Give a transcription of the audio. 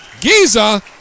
Giza